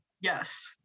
Yes